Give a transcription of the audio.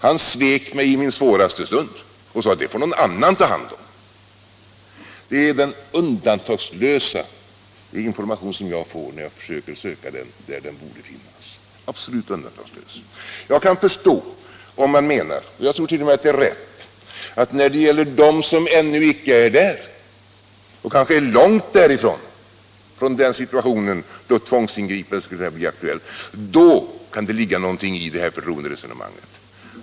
Han svek mig i min svåraste stund genom att säga att någon annan skulle ta hand om detta. Detta är absolut undantagslöst den information jag får när jag försöker söka den där den borde finnas. Jag kan förstå om man menar — och jag tror t.o.m. att det är riktigt — att när det gäller dem som ännu icke är i den situationen att ett tvångsingripande skulle kunna bli aktuellt eller som kanske är långt därifrån, då kan det ligga något i detta förtroenderesonemang.